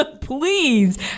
Please